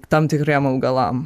tam tikriem augalam